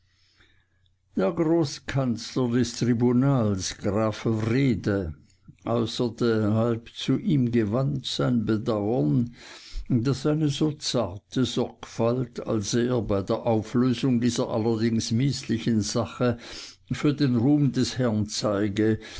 der großkanzler des tribunals graf wrede äußerte halb zu ihm gewandt sein bedauern daß eine so zarte sorgfalt als er bei der auflösung dieser allerdings mißlichen sache für den ruhm des herrn zeige